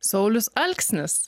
saulius alksnis